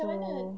so